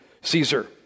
Caesar